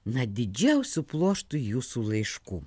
na didžiausiu pluoštu jūsų laiškų